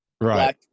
right